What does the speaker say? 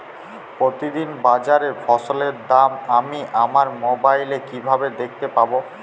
প্রতিদিন বাজারে ফসলের দাম আমি আমার মোবাইলে কিভাবে দেখতে পাব?